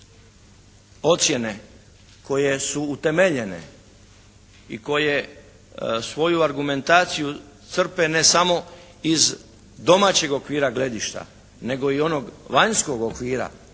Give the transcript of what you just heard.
ocjene koje su utemeljene i koje svoju argumentaciju crpe ne samo iz domaćeg okvira gledišta, nego i onog vanjskog okvira,